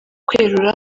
kwerura